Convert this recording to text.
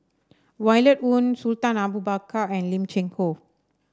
Violet Oon Sultan Abu Bakar and Lim Cheng Hoe